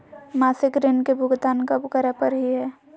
मासिक ऋण के भुगतान कब करै परही हे?